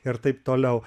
ir taip toliau